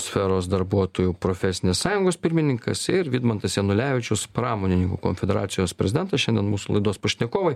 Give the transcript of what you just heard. sferos darbuotojų profesinės sąjungos pirmininkas vidmantas janulevičius pramonininkų konfederacijos prezidentas šiandien mūsų laidos pašnekovai